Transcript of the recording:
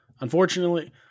Unfortunately